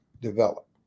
develop